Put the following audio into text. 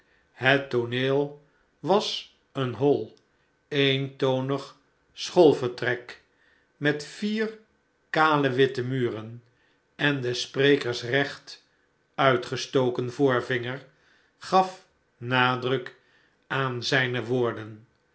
het tooneel was een hoi eentonig schoolvertrek met vier kale witte muren en des sprekers recht uitgestoken voorvinger gaf nadruk aan zijne woorden